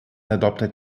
adopted